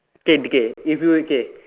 okay okay if you're okay